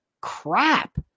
crap